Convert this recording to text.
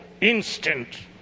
instant